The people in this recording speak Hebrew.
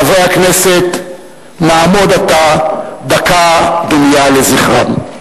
חברי הכנסת, נעמוד עתה דקה דומייה לזכרם.